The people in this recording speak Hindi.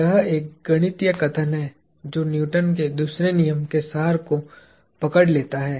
यह एक गणितीय कथन है जो न्यूटन के दूसरे नियम के सार को पकड़ लेता है